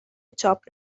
چاپ